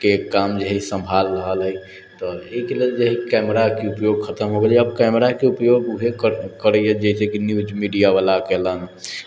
के काम जे हइ सम्भाल रहल हइ तऽ एहिके लेल जे हइ कैमराके उपयोग खतम हो गेलै अब कैमराके उपयोग उहे करैए जैसे कि न्यूज मीडियावला केलनि आज